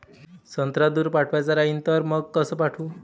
संत्रा दूर पाठवायचा राहिन तर मंग कस पाठवू?